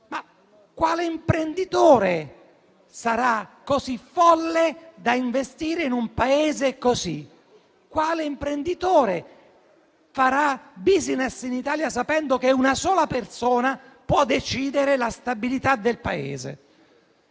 Ma quale imprenditore sarà così folle da investire in un Paese così? Quale imprenditore farà *business* in Italia, sapendo che una sola persona può decidere la stabilità del Paese?